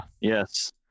Yes